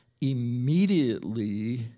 immediately